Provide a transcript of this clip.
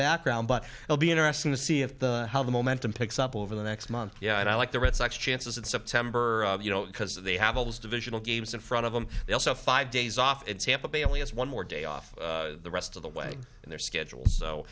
background but it will be interesting to see if the how the momentum picks up over the next month yeah i like the red sox chances in september you don't because they have all those divisional games in front of them they also five days off example they only has one more day off the rest of the way in their schedule so